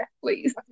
Please